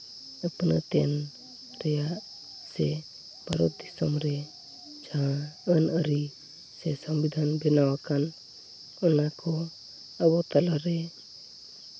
ᱟᱹᱯᱱᱟᱹᱛ ᱮᱱ ᱨᱮᱭᱟᱜ ᱥᱮ ᱵᱷᱟᱨᱚᱛ ᱫᱤᱥᱚᱢ ᱨᱮ ᱡᱟᱦᱟᱸ ᱟᱹᱱ ᱟᱹᱨᱤ ᱥᱮ ᱥᱚᱝᱵᱤᱫᱷᱟᱱ ᱵᱮᱱᱟᱣ ᱟᱠᱟᱱ ᱚᱱᱟ ᱠᱚ ᱟᱵᱚ ᱛᱟᱞᱟ ᱨᱮ